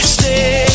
Stay